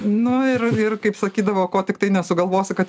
nu ir ir kaip sakydavo ko tiktai nesugalvosi kad į